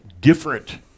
different